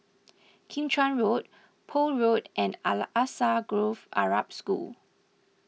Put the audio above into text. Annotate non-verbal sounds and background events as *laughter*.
Kim Chuan Road Poole Road and *unintelligible* Alsagoff Arab School